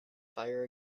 fire